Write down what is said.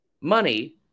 money